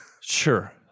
Sure